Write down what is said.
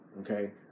Okay